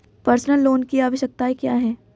Personal loan की आवश्यकताएं क्या हैं?